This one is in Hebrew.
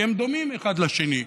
כי הם דומים אחד לשני.